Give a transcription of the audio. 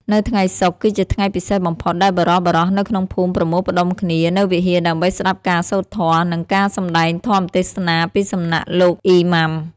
នៅថ្ងៃសុក្រ គឺជាថ្ងៃពិសេសបំផុតដែលបុរសៗនៅក្នុងភូមិប្រមូលផ្តុំគ្នានៅវិហារដើម្បីស្តាប់ការសូត្រធម៌ និងការសម្តែងធម៌ទេសនាពីសំណាក់លោក អ៊ីម៉ាំ។